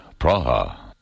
Praha